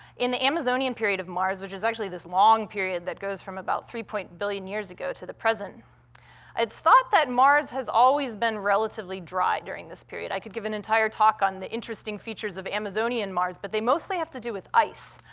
in the amazonian period of mars, which is actually this long period that goes from about three billion years ago to the present it's thought that mars has always been relatively dry during this period i could give an entire talk on the interesting features of amazonian mars, but they mostly have to do with ice.